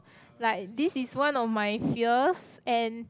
like this is one of my fears and